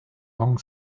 long